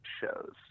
shows